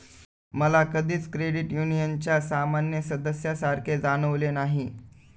मला कधीच क्रेडिट युनियनच्या सामान्य सदस्यासारखे जाणवले नाही